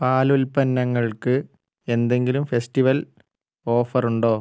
പാലുൽപ്പന്നങ്ങൾക്ക് എന്തെങ്കിലും festival offer ഉണ്ടോ